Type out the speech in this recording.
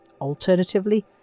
alternatively